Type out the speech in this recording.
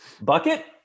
Bucket